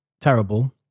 terrible